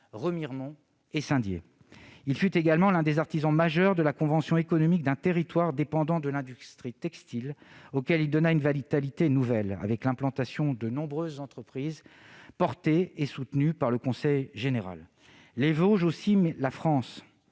Remiremont et à Saint-Dié. Il fut également l'un des artisans majeurs de la conversion économique d'un territoire dépendant de l'industrie textile, auquel il donna une vitalité nouvelle avec l'implantation de nombreuses entreprises portée et soutenue par le conseil général. Les Vosges, mais aussi la France,